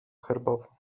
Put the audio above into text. herbową